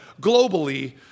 globally